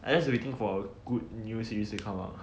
I just waiting for good new series will come out